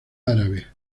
árabe